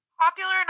Popular